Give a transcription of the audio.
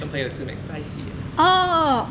跟朋友吃 mac spicy ah